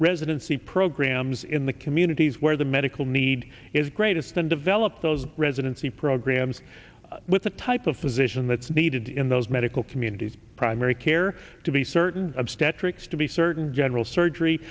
residency programs in the communities where the medical need is greatest and develop those residency programs with the type of physician that's needed in those medical communities primary care to be certain obstetrics to be certain general surgery